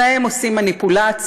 בהם עושים מניפולציות,